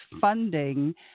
funding